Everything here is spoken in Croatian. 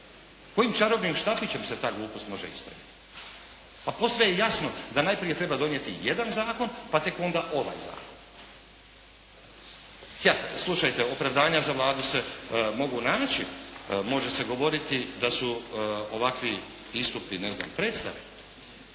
Kojim čarobnim štapićem se ta glupost može ispraviti. Pa posve je jasno da najprije treba donijeti jedan zakon pa tek onda ovaj zakon. Slušajte opravdanja za Vladu se mogu naći. Može se govoriti da su ovakvi istupi ne znam predstave.